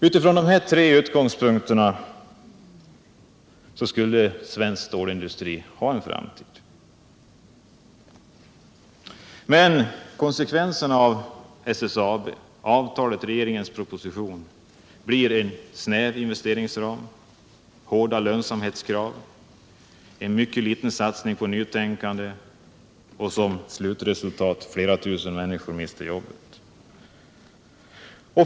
Utifrån de här tre utgångspunkterna skulle svensk stålindustri kunna ha en framtid. Men konsekvensen av SSAB-avtalet och regeringens proposition blir en snäv investeringsram, hårda lönsamhetskrav, en mycket liten satsning på nytänkande, med slutresultatet att flera tusen människor mister jobben.